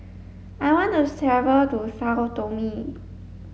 I want to travel to Sao Tome